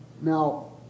Now